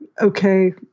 okay